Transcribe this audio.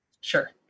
Sure